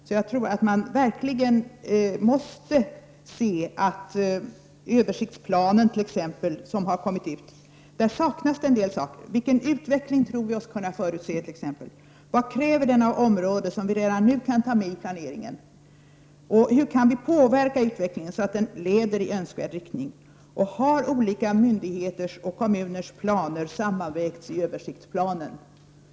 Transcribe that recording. Det saknas en del saker i den översiktsplan som har kommit ut, t.ex. vilken utveckling vi tror oss kunna förutse och vad den kräver av området som vi redan nu kan ta med i planeringen. Hur kan vi påverka utvecklingen, så att den leder i önskvärd riktning? Har olika myndigheters och kommuners planer sammanvägts i översiktsplanen?